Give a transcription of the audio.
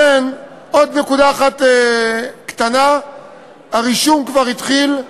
עוד נקודה אחת קטנה, הרישום כבר התחיל,